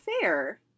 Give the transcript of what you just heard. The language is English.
fair